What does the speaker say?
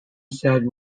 said